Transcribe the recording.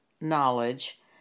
knowledge